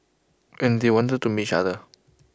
and they wanted to meet each other